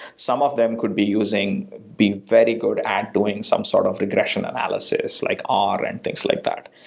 some of them could be using be very good at doing some sort of regression analysis, like r and things like that,